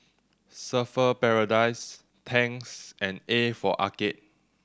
Surfer's Paradise Tangs and A for Arcade